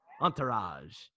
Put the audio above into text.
entourage